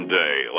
day